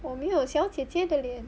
我没有小姐姐的脸